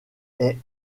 est